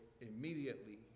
immediately